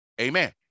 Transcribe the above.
Amen